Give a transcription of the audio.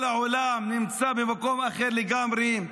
כל העולם נמצא במקום אחר לגמרי,